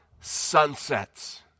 sunsets